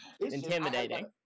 intimidating